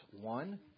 one